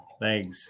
Thanks